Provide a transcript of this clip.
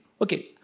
Okay